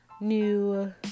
new